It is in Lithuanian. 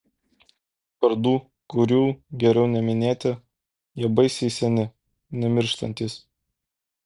vardų kiurių geriau neminėti jie baisiai seni nemirštantys